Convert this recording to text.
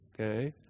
Okay